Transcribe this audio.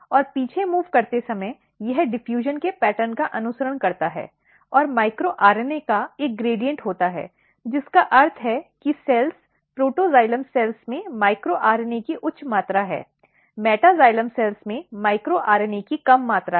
और पीछे मूव़ करते समय यह डिफ़्यूज़न् के पैटर्न का अनुसरण करता है और माइक्रो आरएनए का एक ग्रेड्यॅन्ट होता है जिसका अर्थ है कि कोशिकाओं प्रोटोजाइलम कोशिकाओं में माइक्रो आरएनए की उच्च मात्रा है मेटाजाइलम कोशिकाओं में माइक्रो आरएनए की कम मात्रा है